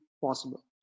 possible